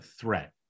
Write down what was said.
threat